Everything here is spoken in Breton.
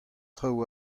traoù